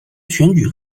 选举